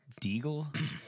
Deagle